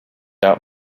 out